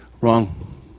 Wrong